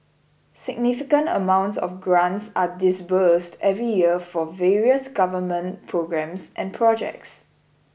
significant amounts of grants are disbursed every year for various Government programmes and projects